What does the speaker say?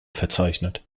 verzeichnet